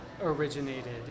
originated